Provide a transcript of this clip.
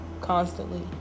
constantly